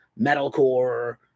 metalcore